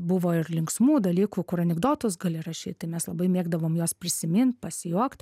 buvo ir linksmų dalykų kur anekdotus gali rašyt mes labai mėgdavom juos prisimint pasijuokt